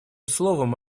словом